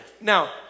now